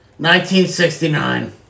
1969